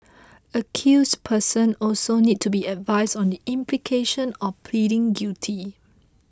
accused person also need to be advised on the implications of pleading guilty